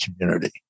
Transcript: community